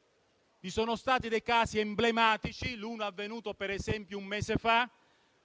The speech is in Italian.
- per rilevare casi emblematici. Uno è avvenuto per esempio un mese fa,